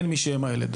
אין מי שיהיה עם הילד'.